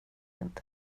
inte